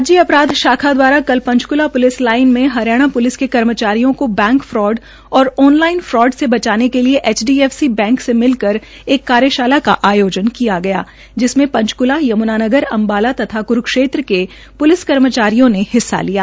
राज्य अपराध शाखा द्वारा कल पंचकूला पुलिस लाईन में हरियाणा प्लिस के कर्मचारियों को bank fraud online fraud से बचने के लिए एचडीएफसी बैंक के मिलकर एक कार्याशाला का आयोजन किया गया जिसमें पंचकूला यमुनानगर अम्बाला तथा कुरूक्षेत्र के पुलिस कर्मचारियों ने हिस्सा लिया